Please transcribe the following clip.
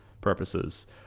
purposes